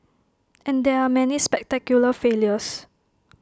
and there are many spectacular failures